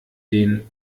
den